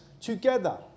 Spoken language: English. together